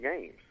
games